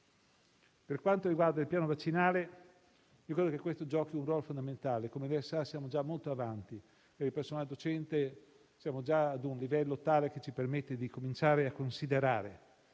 Per quanto riguarda il piano vaccinale, credo che esso giochi un ruolo fondamentale. Come lei sa, siamo già molto avanti; per quanto riguarda il personale docente, siamo già ad un livello tale che ci permette di cominciare a considerare